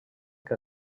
que